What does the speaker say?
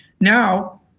Now